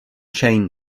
chain